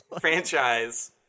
franchise